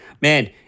Man